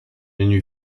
nue